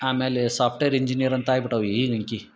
ಆಮೇಲೆ software engineer ಅಂತ ಆಗ್ಬಿಟ್ಟವು ಈಗ ವಿಂಕಿ